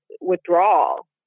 withdrawal